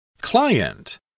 Client